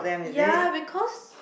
ya because